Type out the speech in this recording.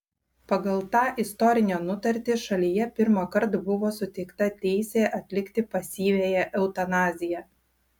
pagal tą istorinę nutartį šalyje pirmąkart buvo suteikta teisė atlikti pasyviąją eutanaziją